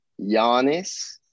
Giannis